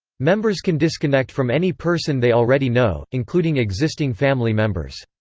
members can disconnect from any person they already know, including existing family members.